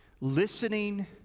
Listening